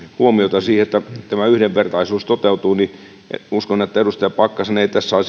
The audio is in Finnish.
huomiota siihen että tämä yhdenvertaisuus toteutuu niin uskon että edustaja pakkasen ei tässä